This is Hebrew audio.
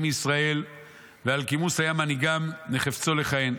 מישראל ואלקימוס היה מנהיגם מחפצו לכהן.